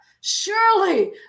Surely